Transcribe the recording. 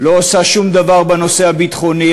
לא עושה שום דבר בנושא הביטחוני,